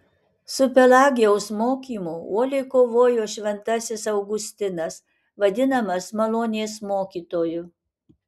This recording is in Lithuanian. su pelagijaus mokymu uoliai kovojo šventasis augustinas vadinamas malonės mokytoju